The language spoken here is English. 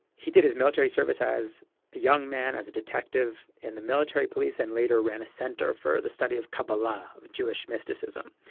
he did his military service as a young man as a detective in the military police and later ran a center for the study of kabbalah, of jewish mysticism.